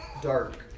dark